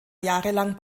jahrelang